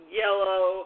yellow